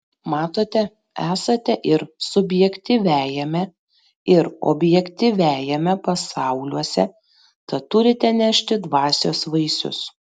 matote esate ir subjektyviajame ir objektyviajame pasauliuose tad turite nešti dvasios vaisius